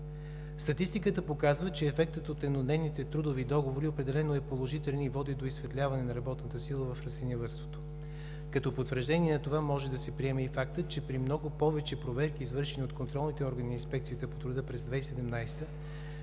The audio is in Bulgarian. Статистиката показва, че ефектът от еднодневните трудови договори определено е положителен и води до изсветляване на работната сила в растениевъдството. Като потвърждение на това може да се приеме и фактът, че при много повече проверки, извършени от контролните органи на Инспекцията по труда през 2017